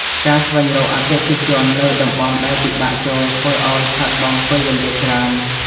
ការស្វែងរកអតិថិជននៅតំបន់ដែលពិបាកចូល ធ្វើឱ្យខាតបង់ពេលវេលាច្រើន។